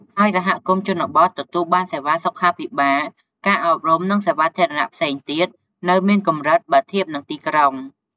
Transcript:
ហើយសហគមន៍ជនបទទទួលបានសេវាសុខាភិបាល ការអប់រំ និងសេវាសាធារណៈផ្សេងទៀតនៅមានកម្រិតបើធៀបនឹងទីក្រុង។